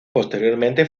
posteriormente